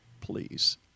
Please